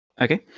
okay